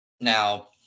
now